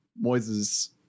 moise's